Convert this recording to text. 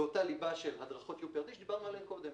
באותה ליבה של הדרכות UPRT שדברנו עליהם קודם.